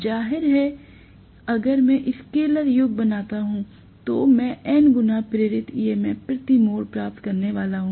जाहिर है अगर मैं स्केलर योग बनाता हूं तो मैं N गुना प्रेरित ईएमएफ प्रति मोड़ प्राप्त करने वाला हूं